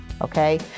okay